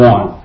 One